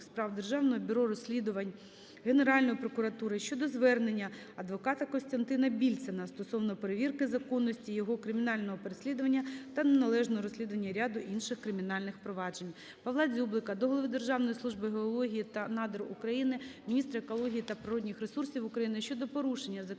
Державного бюро розслідувань, Генеральної прокуратури України щодо звернення адвоката Костянтина Більцана стосовно перевірки законності його кримінального переслідування та неналежного розслідування ряду інших кримінальних проваджень. Павла Дзюблика до голови Державної служби геології та надр України, міністра екології та природних ресурсів України щодо порушення законодавства